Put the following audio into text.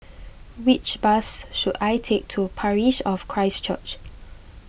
which bus should I take to Parish of Christ Church